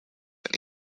and